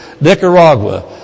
Nicaragua